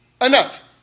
enough